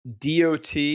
DOT